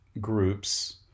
groups